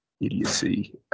idiocy